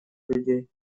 людей